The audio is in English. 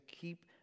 keep